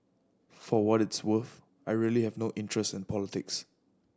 for what it is worth I really have no interest in politics